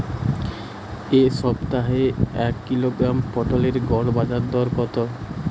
এ সপ্তাহের এক কিলোগ্রাম পটলের গড় বাজারে দর কত?